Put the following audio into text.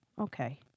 Okay